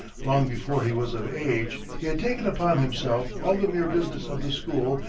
long before he was of age he had taken upon himself all the mere business of the school,